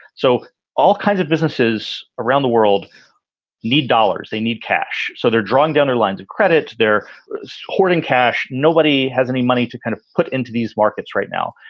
so all kinds of businesses around the world need dollars they need cash. so they're drawing down our lines of credit. they're hoarding cash. nobody has any money to kind of put into these markets right now.